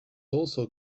also